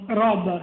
rob